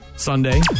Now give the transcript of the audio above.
Sunday